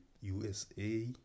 USA